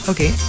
Okay